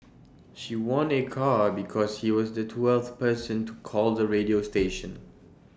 she won A car because she was the twelfth person to call the radio station